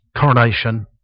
coronation